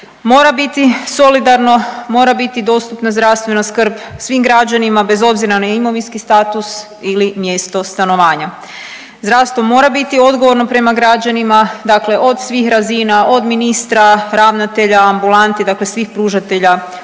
Mora biti solidarno, mora biti dostupna zdravstvena skrb svim građanima bez obzira na imovinski status ili mjesto stanovanja. Zdravstvo mora biti odgovorno prema građanima, dakle od svih razina, od ministra, ravnatelja, ambulanti, dakle svih pružatelja